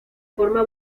forma